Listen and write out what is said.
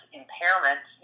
impairment